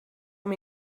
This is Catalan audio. amb